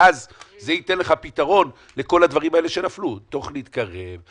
ואז זה ייתן לך פתרון לכל הדברים האלה שנפלו: תוכנית קרב,